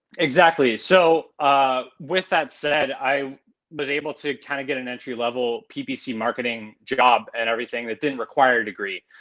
exactly. so ah with that said, i was able to kind of get an entry level ppc marketing job and everything that didn't require a degree.